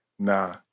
Nah